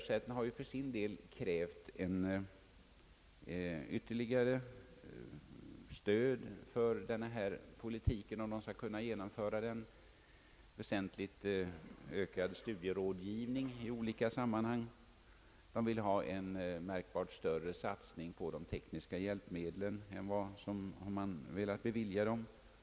har för sin del krävt ytterligare stöd för att kunna genomföra denna politik. De begär en väsentligt ökad studierådgivning i olika sammanhang. De vill ha en märkbart större satsning på tekniska hjälpmedel än vad man har velat bevilja dem.